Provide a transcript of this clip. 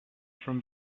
from